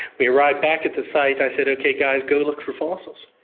we arrived back at the site, i said, okay guys, go look for fossils.